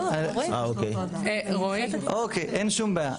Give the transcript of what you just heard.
אוקיי, אין שום בעיה.